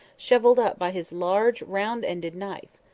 shovelled up by his large round-ended knife.